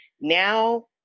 Now